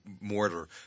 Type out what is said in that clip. mortar